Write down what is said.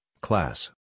class